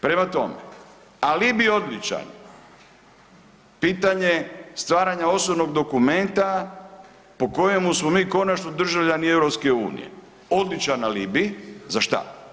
Prema tome, alibi je odličan, pitanje stvaranja osobnog dokumenta po kojemu smo mi konačno državljani EU, odličan alibi, za šta?